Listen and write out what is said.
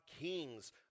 kings